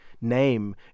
name